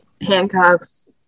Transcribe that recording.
handcuffs